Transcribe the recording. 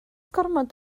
gormod